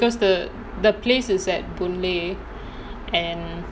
because the the place is at boon lay and